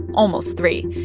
almost three.